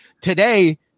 today